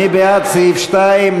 מי בעד סעיף 2?